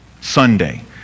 Sunday